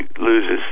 loses